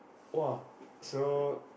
!wah! so